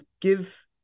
give